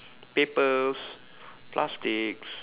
papers plastics